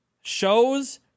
shows